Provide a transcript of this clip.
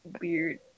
weird